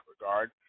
regard